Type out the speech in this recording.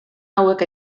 hauek